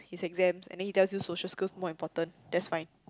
his exams and then he tells you social skills more important that's fine